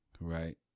right